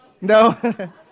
No